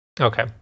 Okay